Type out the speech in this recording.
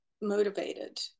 motivated